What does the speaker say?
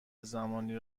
زمانی